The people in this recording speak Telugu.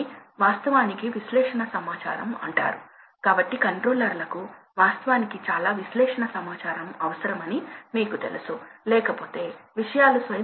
కాబట్టి ఇది ఒక రకమైన ఆన్ ఆఫ్ కంట్రోల్ కాబట్టి ఇదే విధంగా మీరు ప్రవాహాన్ని నియంత్రించాలనుకుంటే మీరు కూడా స్విచ్ ఆఫ్ చేసి ఫ్యాన్ ఆన్ చేయవచ్చు కాబట్టి మీరు అలా చేస్తే ఏమి జరుగుతుంది